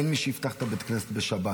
אין מי שיפתח את הבית כנסת בשבת,